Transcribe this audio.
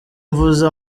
mvuze